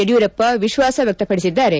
ಯಡಿಯೂರಪ್ಪ ವಿಶ್ವಾಸ ವ್ಯಕ್ತಪಡಿಸಿದ್ದಾರೆ